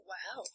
Wow